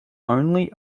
only